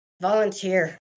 Volunteer